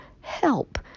help